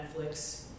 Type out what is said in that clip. Netflix